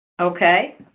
Okay